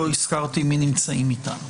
לא הזכרתי מי נמצאים אתנו.